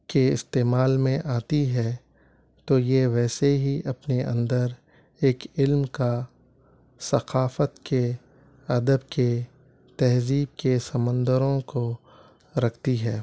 کے استعمال میں آتی ہے تو یہ ویسے ہی اپنے اندر ایک علم کا ثقافت کے ادب کے تہذیب کے سمندروں کو رکھتی ہے